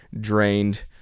drained